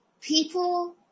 people